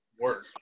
work